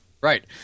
Right